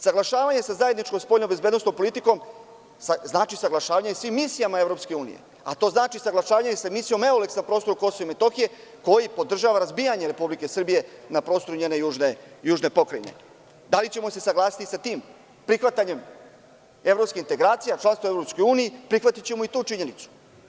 Saglašavanje sa zajedničkom spoljno-bezbednosnom politikom znači saglašavanje sa svim misijama EU, a to znači saglašavanje i sa misijom Euleksa na prostoru KiM, koji podržava razbijanje Republike Srbije na prostoru njene južne pokrajine, da li ćemo se saglasiti sa tim prihvatanjem evropskih integracija, članstva u EU, prihvatićemo i tu činjenicu.